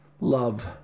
Love